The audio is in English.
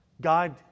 God